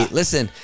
listen